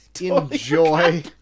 enjoy